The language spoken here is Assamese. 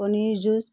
কণীৰ যুঁজ